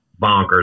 bonkers